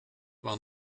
war